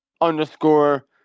underscore